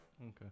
Okay